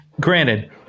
granted